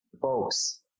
Folks